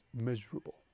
miserable